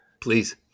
Please